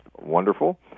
wonderful